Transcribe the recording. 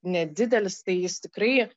nedidelis tai jis tikrai